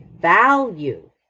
value